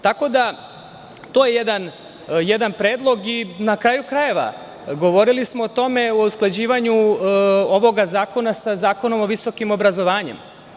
Tako da to je jedan predlog i na kraju krajeva govorili smo o tome u usklađivanju ovoga zakona sa Zakonom o visokom obrazovanju.